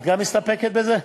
גם את מסתפקת בזה?